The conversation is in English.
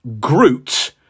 Groot